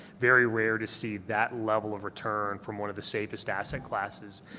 very rare to see that level of return from one of the safest asset classes,